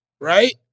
right